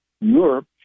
europe